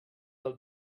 del